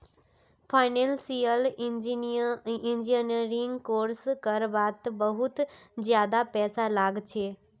financial engineering course कर वात बहुत ज्यादा पैसा लाग छे